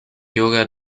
yoga